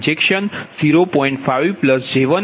5 j1 આવે છે અને PV બસ તે 1